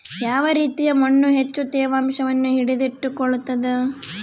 ಯಾವ ರೇತಿಯ ಮಣ್ಣು ಹೆಚ್ಚು ತೇವಾಂಶವನ್ನು ಹಿಡಿದಿಟ್ಟುಕೊಳ್ತದ?